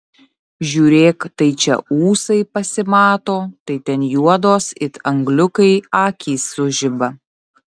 žiūrėk tai čia ūsai pasimato tai ten juodos it angliukai akys sužiba